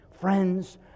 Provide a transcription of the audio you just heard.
Friends